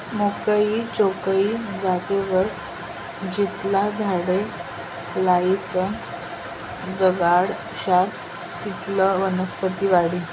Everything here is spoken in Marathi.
मोकयी चोकयी जागावर जितला झाडे लायीसन जगाडश्यात तितलं वनीकरण वाढी